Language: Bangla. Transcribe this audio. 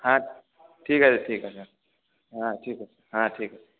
হ্যাঁ ঠিক আছে ঠিক আছে হ্যাঁ ঠিক আছে হ্যাঁ ঠিক আছে